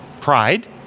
Pride